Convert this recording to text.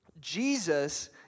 Jesus